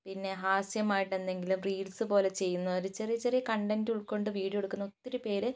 പിന്നെ ഹാസ്യമായിട്ട് എന്തെങ്കിലും റീൽസ് പോലെ ചെയ്യുന്നവർ ചെറിയ ചെറിയ കണ്ടന്റ് ഉൾക്കൊണ്ട് വീഡിയോ എടുക്കുന്ന ഒത്തിരി പേര്